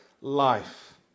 life